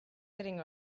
sitting